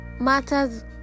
matters